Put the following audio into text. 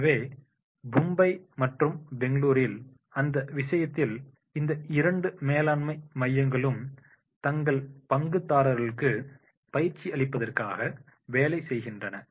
எனவே மும்பை மற்றும் பெங்களூரில் அந்த விஷயத்தில் இந்த இரண்டு மேலாண்மை மையங்களும் தங்கள் பங்குதாரர்களுக்கு பயிற்சியளிப்பதற்காக வேலை செய்கின்றன